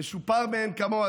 משופר מאין כמוהו?